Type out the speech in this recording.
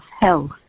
health